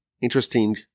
interesting